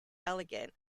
elegant